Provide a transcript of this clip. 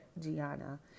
Gianna